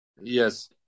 Yes